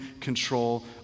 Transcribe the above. control